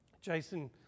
Jason